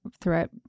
threat